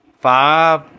Five